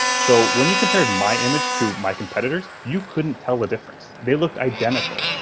so when you compare my image to my competitors, you couldn't tell the difference. they looked identical.